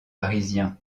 parisien